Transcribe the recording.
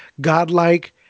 godlike